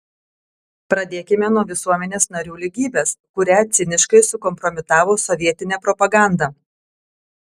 pradėkime nuo visuomenės narių lygybės kurią ciniškai sukompromitavo sovietinė propaganda